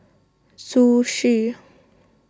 Zhu Xu